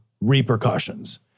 repercussions